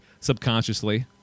subconsciously